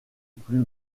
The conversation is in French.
plus